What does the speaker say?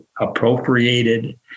appropriated